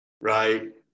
right